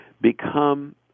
become